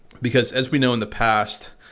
because as we know in the past,